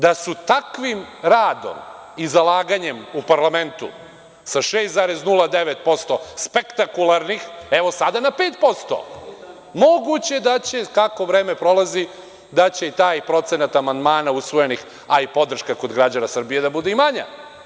Da su takvim radom i zalaganjem u parlamentu sa 6,09% spektakularnih, evo sada na 5%, moguće da će, kako vreme prolazi, i taj procenat amandmana usvojenih, a i podrška kod građana Srbije da bude i manja.